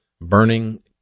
burning